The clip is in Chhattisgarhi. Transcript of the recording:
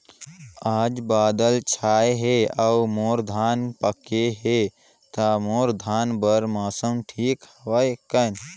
आज बादल छाय हे अउर मोर धान पके हे ता मोर धान बार मौसम ठीक हवय कौन?